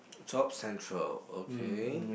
Jobs Central okay